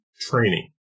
training